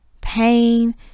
pain